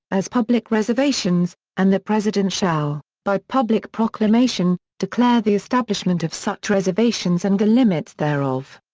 as public reservations, and the president shall, by public proclamation, declare the establishment of such reservations and the limits thereof.